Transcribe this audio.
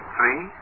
Three